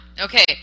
Okay